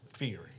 Fearing